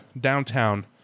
downtown